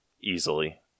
easily